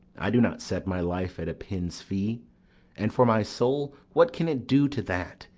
i do not set my life at a pin's fee and for my soul, what can it do to that,